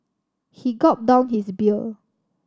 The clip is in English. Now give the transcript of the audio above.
he gulped down his beer